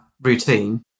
routine